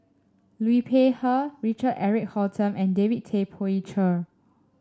Liu Peihe Richard Eric Holttum and David Tay Poey Cher